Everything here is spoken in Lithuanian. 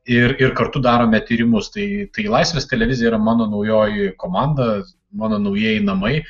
ir ir kartu darome tyrimus tai tai laisvės televizija yra mano naujoji komanda mano naujieji namai